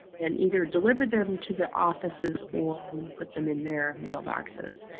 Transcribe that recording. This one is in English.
and either delivered them to the offices or put them in their mailboxes.